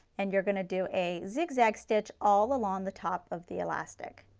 and your going to do a zigzag stitch all along the top of the elastic.